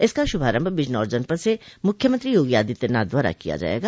इसका शुभारम्भ बिजनौर जनपद से मुख्यमंत्री योगी आदित्यनाथ द्वारा किया जायेगा